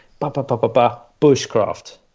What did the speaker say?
bushcraft